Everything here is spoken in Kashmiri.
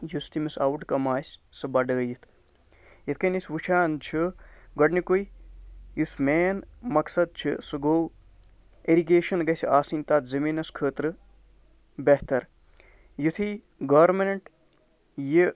یۄس تٔمِس آوُٹ کَم آسہِ سۄ بَڑھٲیِتھ یِتھۍ کٔنۍ أسۍ وُچھان چھِ گۄڈٕنیٛکُے یُس مین مَقصد چھُ سُہ گوٚو اِرِگیشن گژھہِ آسٕنۍ تَتھ زٔمیٖنَس خٲطرٕ بہتر یِتھُے گوٚرمیٚنٛٹ یہِ